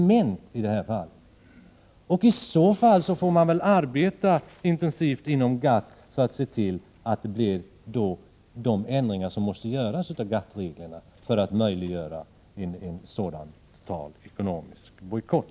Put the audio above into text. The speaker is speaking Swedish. Men om det är på detta sätt får man väl arbeta intensivt inom GATT för att åstadkomma de ändringar av GATT:s regler som behövs för att möjliggöra en total ekonomisk bojkott.